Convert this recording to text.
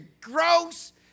gross